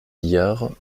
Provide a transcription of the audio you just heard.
billard